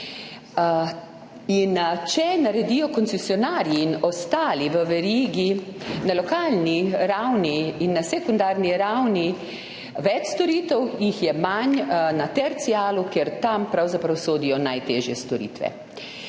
če naredijo koncesionarji in ostali v verigi na lokalni ravni in na sekundarni ravni več storitev, jih je manj na tercialu, kamor pravzaprav sodijo najtežje storitve.